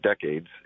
decades